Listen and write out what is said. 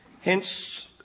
Hence